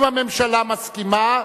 אם הממשלה מסכימה,